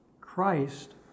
Christ